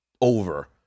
over